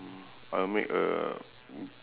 I'll make a